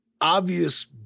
obvious